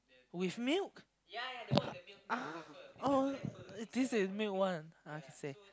with milk ah oh this is milk one I see